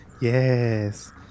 Yes